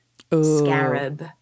scarab